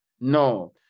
No